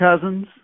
cousins